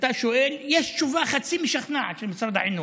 כשאתה שואל, יש תשובה חצי-משכנעת של משרד החינוך,